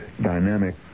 Dynamic